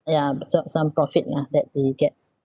yeah saw some profit lah that we get